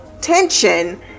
tension